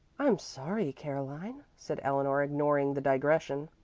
i'm sorry, caroline, said eleanor, ignoring the digression.